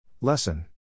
Lesson